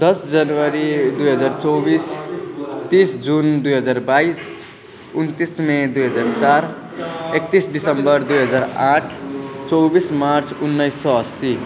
दस जनवरी दुई हजार चौबिस तिस जुन दुई हजार बाइस उन्तिस मे दुई हजार चार एक्तिस दिसम्बर दुई हजार आठ चौबिस मार्च उन्नाइस सौ अस्सी